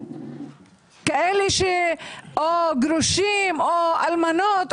כאלה שהם או גרושים או אלמנות,